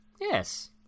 Yes